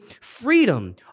freedom